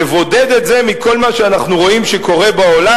לבודד את זה מכל מה שאנחנו רואים שקורה בעולם?